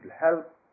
help